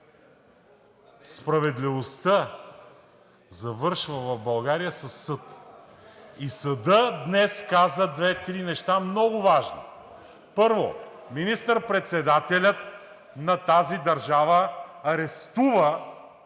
справедливостта завършва в България със съд и съдът днес каза две-три много важни неща. Първо, министър-председателят на тази държава арестува